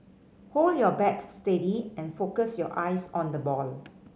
hold your bat steady and focus your eyes on the ball